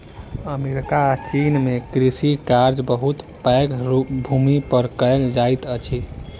America आ चीन में कृषि कार्य बहुत पैघ भूमि पर कएल जाइत अछि